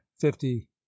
fifty